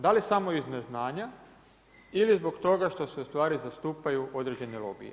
Da li samo iz neznanja ili zbog toga što se ustvari zastupaju određeni lobiji?